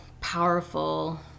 powerful